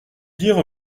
dire